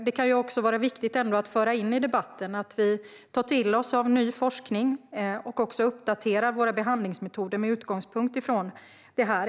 Det kan vara viktigt att föra in i debatten att vi tar till oss av ny forskning och uppdaterar våra behandlingsmetoder med utgångspunkt från detta.